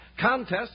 contests